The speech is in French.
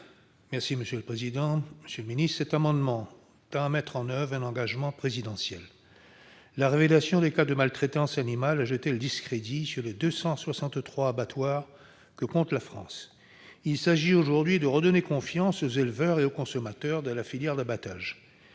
: La parole est à M. Jean-Louis Lagourgue. Cet amendement tend à mettre en oeuvre un engagement présidentiel. La révélation de cas de maltraitance animale a jeté le discrédit sur les 263 abattoirs que compte la France. Il s'agit aujourd'hui de redonner confiance aux éleveurs et aux consommateurs dans la filière d'abattage.